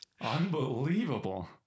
Unbelievable